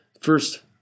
first